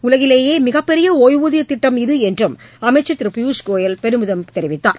உலகிலேயே மிகப்பெரிய ஒய்வூதிய திட்டம் இது என்றும் அமைச்சர் திரு பியூஷ் கோயல் பெருமிதம் தெரிவித்தார்